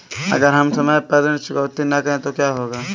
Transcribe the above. अगर हम समय पर ऋण चुकौती न करें तो क्या होगा?